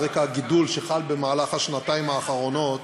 על רקע הגידול שחל בשנתיים האחרונות